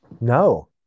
No